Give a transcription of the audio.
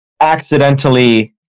accidentally